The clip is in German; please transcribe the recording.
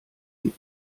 die